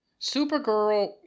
Supergirl